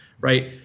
right